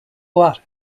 what